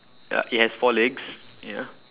ya he has four legs ya